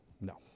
No